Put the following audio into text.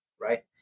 Right